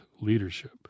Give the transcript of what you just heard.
leadership